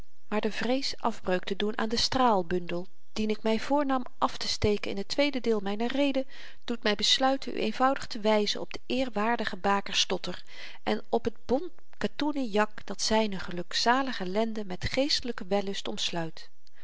maar de vrees afbreuk te doen aan den straalbundel dien ik my voornam aftesteken in het tweede deel myner rede doet my besluiten u eenvoudig te wyzen op den eerwaardigen baker stotter en op het bont katoenen jak dat zyne gelukzalige lenden met geestelyken wellust omsluit